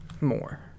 more